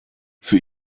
für